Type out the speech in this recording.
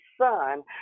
son